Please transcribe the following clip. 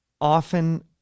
often